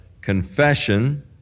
confession